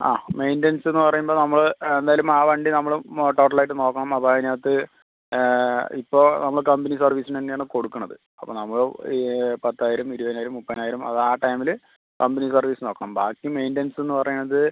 ആ മെയിൻ്റസ് പറയുമ്പം നമ്മൾ എന്തായാലും ആ വണ്ടി നമ്മൾ ടോട്ടൽ ആയിട്ട് നോക്കണം അപ്പം അതിനകത്ത് ഇപ്പോൾ നമ്മൾ കമ്പനി സർവ്വീസിന് തന്നെ ആണ് കൊടുക്കണത് അപ്പം നമ്മൾ പത്തായിരം ഇരുപതിനായിരം മുപ്പതിനായിരം അത് ആ ടൈമിൽ കമ്പനി സർവ്വീസ് നോക്കണം ബാക്കി മെയിൻ്റനൻസ് എന്ന് പറയണത്